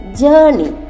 journey